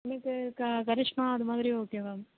எங்களுக்கு கரிஷ்மா அது மாதிரி ஓகேவா